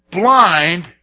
blind